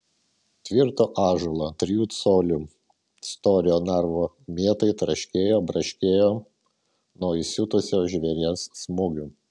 tvirto ąžuolo trijų colių storio narvo mietai traškėjo braškėjo nuo įsiutusio žvėries smūgių